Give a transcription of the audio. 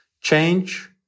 change